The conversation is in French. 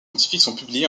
scientifiques